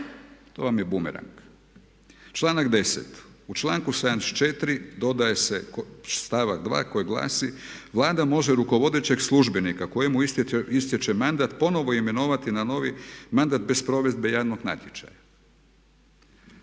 To vam je bumerang. Članak 10., u članku 74. dodaje se stavak 2. koji glasi: „Vlada može rukovodećeg službenika kojemu istječe mandat ponovno imenovati na novi mandat bez provedbe javnog natječaja.“